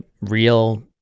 real